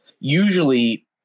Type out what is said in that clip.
Usually